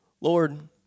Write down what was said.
Lord